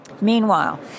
Meanwhile